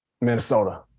Minnesota